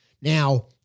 Now